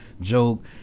joke